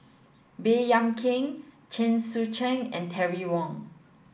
Baey Yam Keng Chen Sucheng and Terry Wong